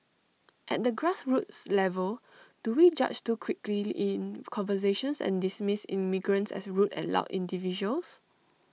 at the grassroots level do we judge too quickly in conversations and dismiss immigrants as rude and loud individuals